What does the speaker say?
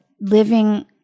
living